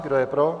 Kdo je pro?